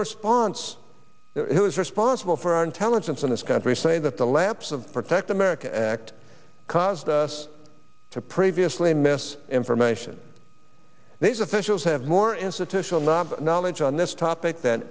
response who is responsible for our intelligence in this country saying that the lapse of protect america act caused us to previously mis information these officials have more institutional knob knowledge on this topic than